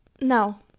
No